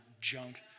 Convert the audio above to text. junk